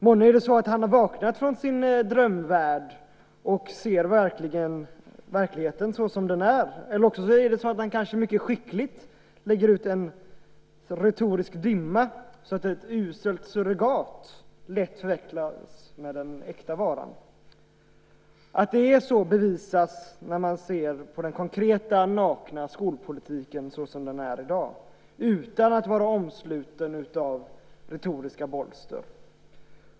Månne är det så att han har vaknat från sin drömvärld och ser verkligheten såsom den är, eller också är det så att han mycket skickligt lägger ut en retorisk dimma så att ett uselt surrogat förväxlas med den äkta varan. Att det är så bevisas när man ser på den konkreta nakna skolpolitiken såsom den är i dag utan att vara omsluten av retoriska bolster.